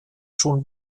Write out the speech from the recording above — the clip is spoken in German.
schon